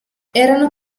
erano